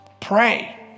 Pray